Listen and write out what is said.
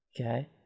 okay